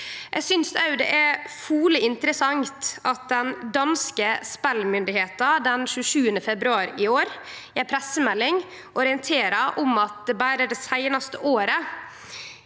også det er veldig interessant at den danske spelmyndigheita den 27. februar i år i ei pressemelding orienterte om at berre det seinaste året